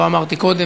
לא אמרתי קודם,